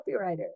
copywriter